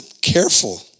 careful